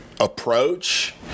approach